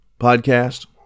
podcast